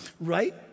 right